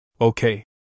Okay